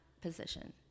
position